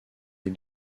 les